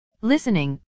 listening